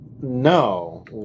No